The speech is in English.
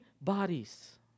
bodies